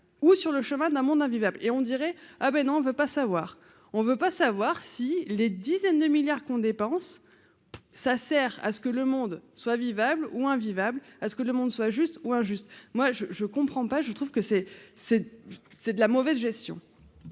ou sur le chemin d'un monde invivable et on dirait : ah ben non, on ne veut pas savoir, on ne veut pas savoir si les dizaines de milliards qu'on dépense, ça sert à ce que le monde soit vivable ou invivable à ce que le monde soit juste ou injuste, moi je, je comprends pas, je trouve que c'est, c'est c'est de la mauvaise gestion.